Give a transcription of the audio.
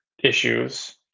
issues